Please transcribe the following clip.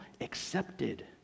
accepted